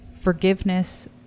forgiveness